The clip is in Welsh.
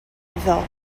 iddo